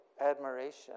admiration